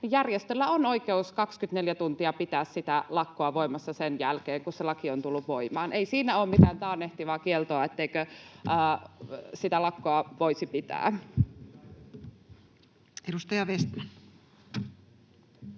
järjestöllä on oikeus 24 tuntia pitää sitä lakkoa voimassa sen jälkeen, kun se laki on tullut voimaan. Ei siinä ole mitään taannehtivaa kieltoa niin ettei sitä lakkoa voisi pitää. Edustaja Vestman.